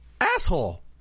asshole